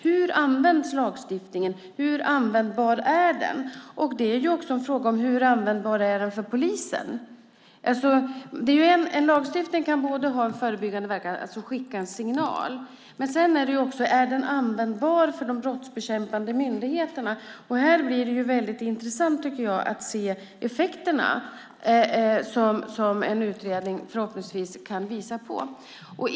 Hur används lagstiftningen? Hur användbar är den? Det är också en fråga om hur användbar den är för polisen. En lagstiftning kan ha en förebyggande verkan, alltså skicka en signal, men sedan är frågan också om den är användbar för de brottsbekämpande myndigheterna. Här blir det väldigt intressant, tycker jag, att se effekterna som en utredning förhoppningsvis kan visa på.